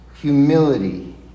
humility